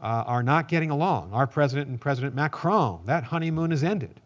are not getting along. our president and president macron, that honeymoon is ended.